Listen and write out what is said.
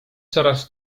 coraz